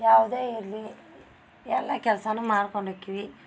ಯಾವುದೇ ಇರಲಿ ಎಲ್ಲ ಕೆಲಸನು ಮಾಡ್ಕೊಂಡು ಹೋಕ್ಕಿವಿ